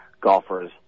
golfers